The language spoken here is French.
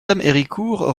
héricourt